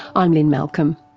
i'm lynne malcolm,